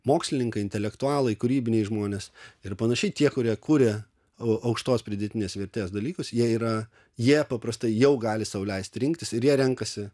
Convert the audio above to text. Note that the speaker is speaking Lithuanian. mokslininkai intelektualai kūrybiniai žmonės ir panašiai tie kurie kuria aukštos pridėtinės vertės dalykus jie yra jie paprastai jau gali sau leisti rinktis ir jie renkasi